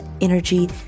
energy